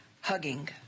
hugging